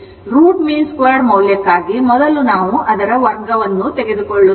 root mean 2 ಮೌಲ್ಯಕ್ಕಾಗಿ ಮೊದಲು ನಾವು ಅದರ ವರ್ಗವನ್ನು ತೆಗೆದುಕೊಳ್ಳುತ್ತಿದ್ದೇವೆ